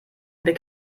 blick